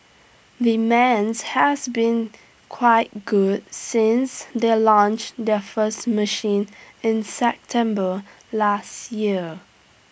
demands has been quite good since they launched their first machine in September last year